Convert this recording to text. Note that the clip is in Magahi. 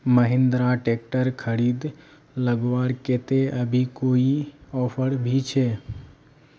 महिंद्रा ट्रैक्टर खरीद लगवार केते अभी कोई ऑफर भी छे?